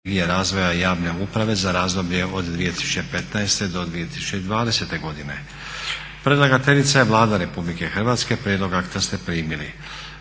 razvoja javne uprave za razdoblje od 2015. do 2020; Predlagateljica je Vlada Republike Hrvatske, prijedlog akta ste primili.